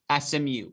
SMU